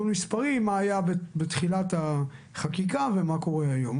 מספרי, מה היה בתחילת החקיקה, ומה קורה היום.